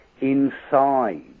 inside